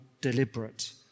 deliberate